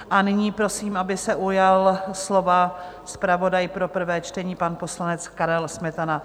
A nyní prosím, aby se ujal slova zpravodaj pro prvé čtení, pan poslanec Karel Smetana.